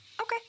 Okay